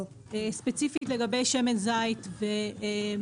ספציפית לגבי שמן זית ודבש,